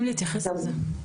להתייחס לזה?